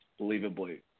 believably